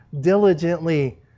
diligently